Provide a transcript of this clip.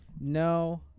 No